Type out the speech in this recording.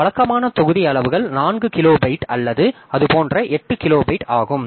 வழக்கமான தொகுதி அளவுகள் 4 கிலோபைட் அல்லது அது போன்ற 8 கிலோபைட் ஆகும்